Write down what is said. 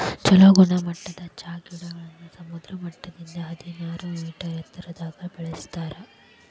ಚೊಲೋ ಗುಣಮಟ್ಟದ ಚಹಾ ಗಿಡಗಳನ್ನ ಸಮುದ್ರ ಮಟ್ಟದಿಂದ ಹದಿನೈದನೂರ ಮೇಟರ್ ಎತ್ತರದಾಗ ಬೆಳೆಸ್ತಾರ